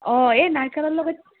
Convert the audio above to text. অঁ এই নাইকিলৰ লগত